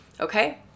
okay